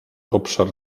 obszar